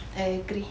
I agree